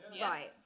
Right